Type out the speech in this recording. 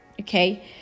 Okay